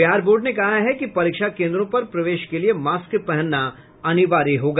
Bihar board ने कहा है कि परीक्षा केन्द्रों पर प्रवेश के लिए मास्क पहनना अनिवार्य होगा